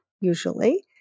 usually